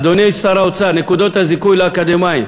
אדוני שר האוצר, נקודות הזיכוי לאקדמאים.